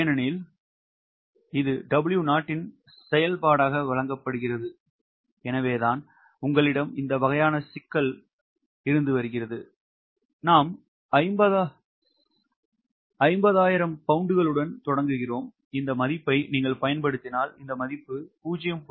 ஏனெனில் இது 𝑊0 இன் செயல்பாடாக வழங்கப்படுகிறது எனவேதான் உங்களிடம் இந்த வகையான சிக்கல் உள்ளது நாங்கள் 50000 பவுண்டுகளுடன் தொடங்குகிறோம் இந்த மதிப்பை நீங்கள் பயன்படுத்தினால் இந்த மதிப்பு 0